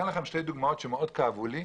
אתן לכם שתי דוגמאות שמאוד כאבו לי.